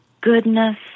goodness